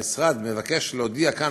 המשרד מבקש להודיע כאן,